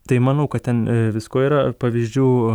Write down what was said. tai manau kad ten visko yra pavyzdžių